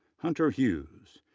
hunter hughes,